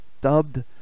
dubbed